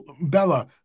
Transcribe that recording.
Bella